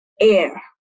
air